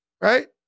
Right